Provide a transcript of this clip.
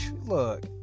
look